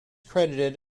credited